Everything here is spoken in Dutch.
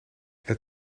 het